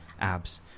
Abs